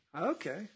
Okay